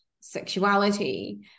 sexuality